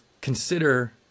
consider